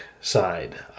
side